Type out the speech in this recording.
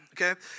okay